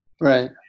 Right